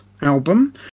album